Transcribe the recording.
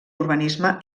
urbanisme